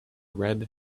red